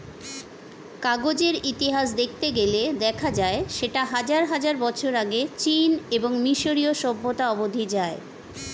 কাগজের ইতিহাস দেখতে গেলে দেখা যায় সেটা হাজার হাজার বছর আগে চীন এবং মিশরীয় সভ্যতা অবধি যায়